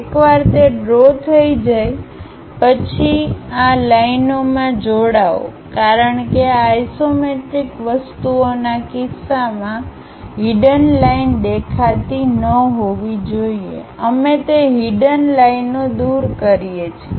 એકવાર તે ડ્રો થઈ જાય પછી આ લાઈનઓમાં જોડાઓ કારણ કે આઇસોમેટ્રિક વસ્તુઓના કિસ્સામાં હિડન લાઈન દેખાતી ન હોવી જોઈએ અમે તે હિડન લાઈનઓ દૂર કરીએ છીએ